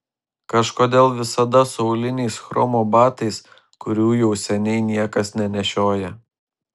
kažkodėl visada su auliniais chromo batais kurių jau seniai niekas nenešioja